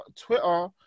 Twitter